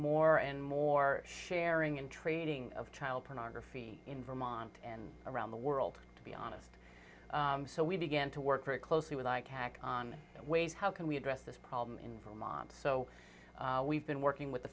more and more sharing in training of child pornography in vermont and around the world to be honest so we began to work very closely with on ways how can we address this problem in vermont so we've been working with the